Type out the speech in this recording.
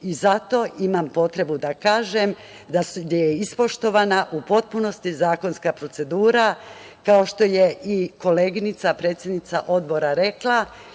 Zato imam potrebu da kažem da je ispoštovana u potpunosti zakonska procedura, kao što je i koleginica predsednica Odbora rekla,